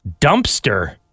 Dumpster